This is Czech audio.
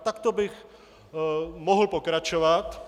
Takto bych mohl pokračovat.